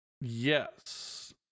Yes